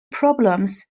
problems